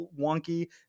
wonky